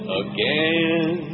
again